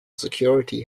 security